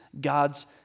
God's